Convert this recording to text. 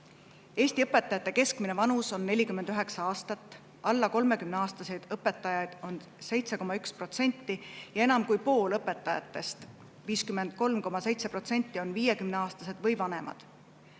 Eesti õpetajate keskmine vanus on 49 aastat. Alla 30‑aastaseid õpetajaid on 7,1% ja enam kui pool õpetajatest, 53,7%, on 50‑aastased või vanemad.